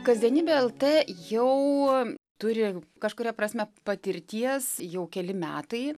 kasdienybė lt jau turi kažkuria prasme patirties jau keli metai